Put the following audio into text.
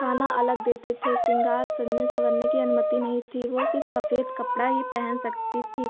खाना अलग देते थे शृँगार सजने सँवरने की अनुमति नहीं थी वह सिर्फ सफ़ेद कपड़ा ही पहन सकती थी